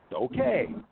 okay